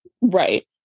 Right